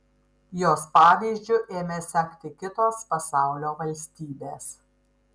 jos pavyzdžiu ėmė sekti kitos pasaulio valstybės